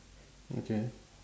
okay